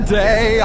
day